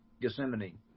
Gethsemane